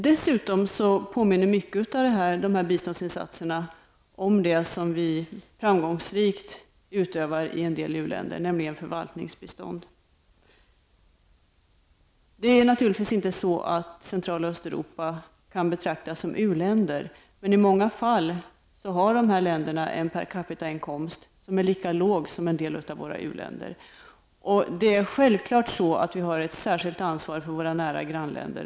Dessutom påminner de här biståndsinsatserna mycket om de som vi framgångsrikt utövar i en del u-länder, nämligen förvaltningsbistånd. Centraloch Östeuropa kan naturligtvis inte betraktas som u-länder, men i många fall har de här länderna en per capita-inkomst som är lika låg som en del av våra u-länder. Det är självklart att vi har ett särskilt ansvar för våra nära grannländer.